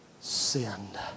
sinned